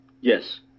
yes